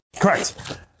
Correct